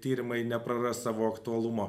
tyrimai nepraras savo aktualumo